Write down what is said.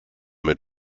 mit